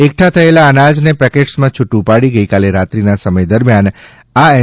એકઠા થયેલા અનાજને પેકેટેસમાં છુટું પાડી ગઇકાલે રાત્રીના સમય દરમિયાન એન